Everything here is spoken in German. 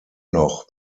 noch